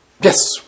Yes